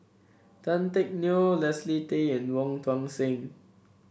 Tan Teck Neo Leslie Tay and Wong Tuang Seng